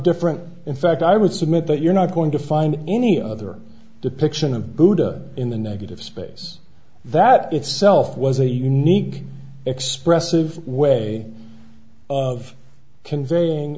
different in fact i would submit that you're not going to find any other depiction of buddha in the negative space that itself was a unique expressive way of conveying